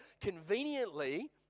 conveniently